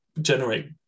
generate